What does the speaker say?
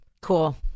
Cool